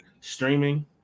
streaming